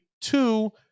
two